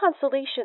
consolation